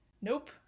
nope